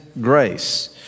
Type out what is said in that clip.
grace